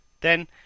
Then